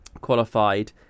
qualified